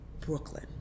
Brooklyn